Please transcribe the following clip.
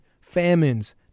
famines